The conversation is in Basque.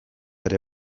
ere